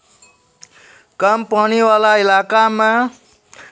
कम पानी वाला इलाका मॅ कम पानी लगैवाला फसल के हीं चुनाव करना चाहियो